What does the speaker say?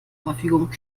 verfügung